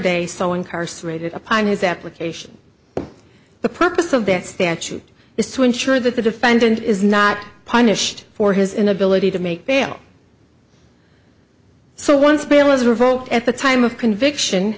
day so incarcerated upon his application the purpose of that statute is to ensure that the defendant is not punished for his inability to make bail so once bail was revoked at the time of conviction